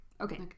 Okay